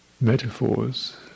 metaphors